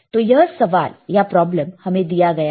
तो यह सवाल या प्रॉब्लम हमें दिया गया है